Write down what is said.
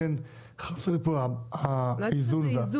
לכן, חסר לי פה איזה איזון מסוים.